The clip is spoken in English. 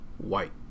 white